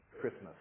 Christmas